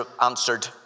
answered